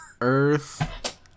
earth